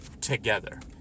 Together